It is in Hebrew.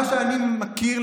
מה שאני מכיר,